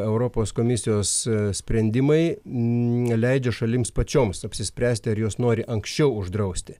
europos komisijos sprendimai leidžia šalims pačioms apsispręsti ar jos nori anksčiau uždrausti